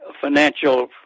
financial